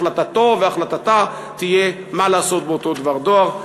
החלטתו והחלטתה תהיה מה לעשות באותו דבר דואר.